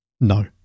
No